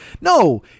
No